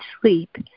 sleep